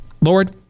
Lord